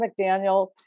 McDaniel